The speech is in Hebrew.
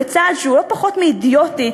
בצעד שהוא לא פחות מאידיוטי,